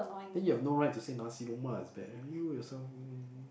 then you've no right to say nasi-lemak is bad you yourself